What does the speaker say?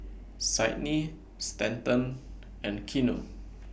Cydney Stanton and Keanu